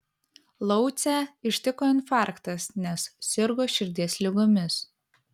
laucę ištiko infarktas nes sirgo širdies ligomis